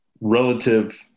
relative